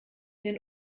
den